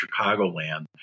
chicagoland